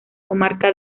comarca